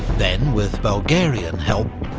then, with bulgarian help,